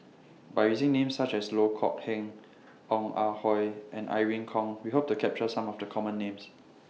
By using Names such as Loh Kok Heng Ong Ah Hoi and Irene Khong We Hope to capture Some of The Common Names